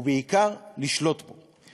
ובעיקר לשלוט בו.